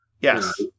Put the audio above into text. Yes